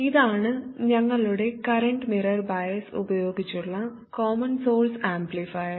ഇതാണ് ഞങ്ങളുടെ current mirror bias ഉപയോഗിച്ചുള്ള കോമൺ സോഴ്സ് ആംപ്ലിഫയർ